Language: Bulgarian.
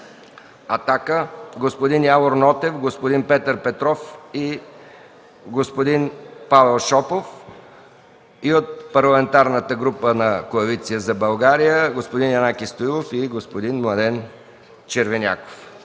„Атака” – господин Явор Нотев, господин Петър Петров и господин Павел Шопов, и от Парламентарната група на Коалиция за България – господин Янаки Стоилов и господин Младен Червеняков.